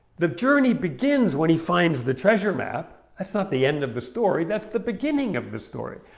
the journey begins when he finds the treasure map. that's not the end of the story. that's the beginning of the story!